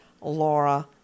Laura